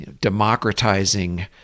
democratizing